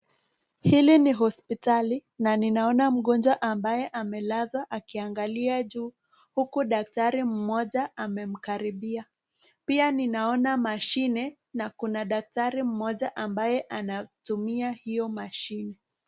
Hili ni hospitali na ninaona mgonjwa ambaye amelazwa akiangalia juu huku daktari mmoja amemkaribia. Pia ninaona mashine na kuna daktari mmoja ambaye anatumia hiyo mashine.